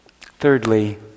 Thirdly